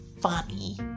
funny